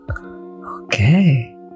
okay